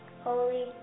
Holy